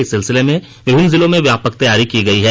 इस सिलसिले में विभिन्न जिलो में व्यापक तैयारी की गई है